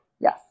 Yes